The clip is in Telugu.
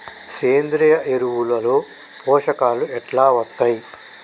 సేంద్రీయ ఎరువుల లో పోషకాలు ఎట్లా వత్తయ్?